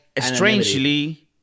strangely